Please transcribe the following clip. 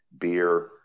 beer